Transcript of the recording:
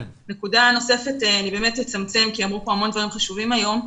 אני אצמצם כי אמרו פה המון דברים חשובים היום.